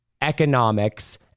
economics